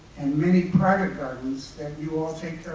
and many private gardens that you all take care